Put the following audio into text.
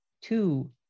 two